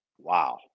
Wow